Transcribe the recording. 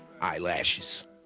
Eyelashes